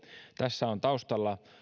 tässä on monesti taustalla